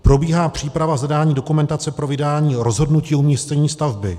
Probíhá příprava zadání dokumentace pro vydání rozhodnutí o umístění stavby.